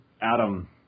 Adam